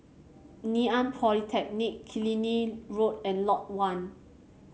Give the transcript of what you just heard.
Ngee Ann Polytechnic Killiney Road and Lot One